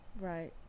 Right